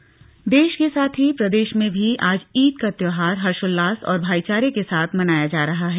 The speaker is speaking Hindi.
ईद उल फितर देश के साथ ही प्रदेश में भी आज ईद का त्योसहार हर्षोल्लास और भाईचारे के साथ मनाया जा रहा है